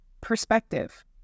perspective